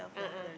a'ah